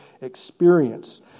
experience